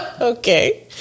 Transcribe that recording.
Okay